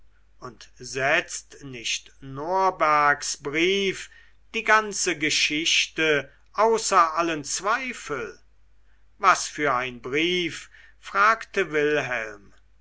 und setzt nicht norbergs brief die ganze geschichte außer allen zweifel was für ein brief fragte wilhelm